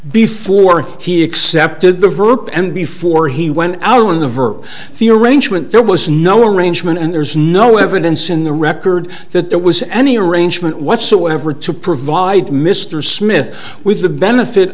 before he accepted the vote and before he went out on the verb the arrangement there was no arrangement and there's no evidence in the record that there was any arrangement whatsoever to provide mr smith with the benefit